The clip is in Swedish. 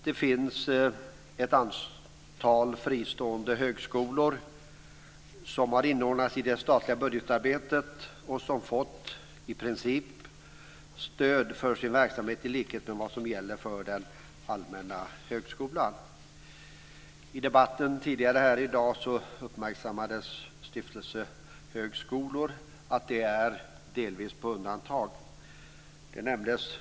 Det finns ett antal fristående högskolor som har inordnats i det statliga budgetarbetet och som fått i princip stöd för sin verksamhet i likhet med vad som gäller för den allmänna högskolan. I debatten tidigare i dag uppmärksammades stiftelsehögskolorna, att de delvis är på undantag.